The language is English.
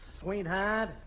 sweetheart